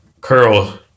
curl